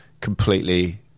completely